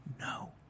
No